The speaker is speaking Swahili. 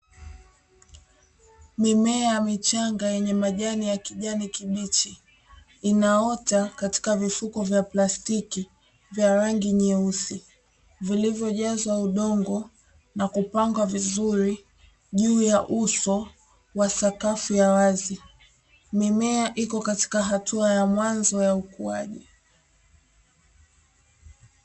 Mimea michanga yenye majani ya kijani kibichi inaota katika vifuko vya plastiki vya rangi nyeusi, vilivojazwa udongo na kupangwa vizuri juu ya uso wa sakafu ya wazi, mimea iko katika hatua ya mwanzo ya ukuaji.